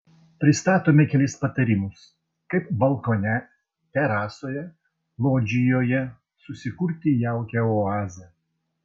pristatome kelis patarimus kaip balkone terasoje lodžijoje susikurti jaukią oazę